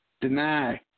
Deny